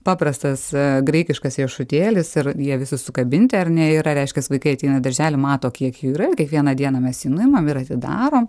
paprastas graikiškas riešutėlis ir jie visi sukabinti ar ne yra reiškias vaikai ateina į darželį mato kiek jų yra ir kiekvieną dieną mes jį nuimam ir atidarom